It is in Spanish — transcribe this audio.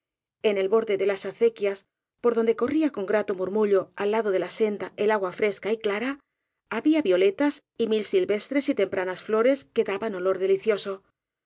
en el borde de las acequias por donde corría con grato murmu llo al lado de la senda el agua fresca y clara había violetas y mil silvestres y tempranas flores que da ban olor delicioso